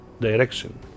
direction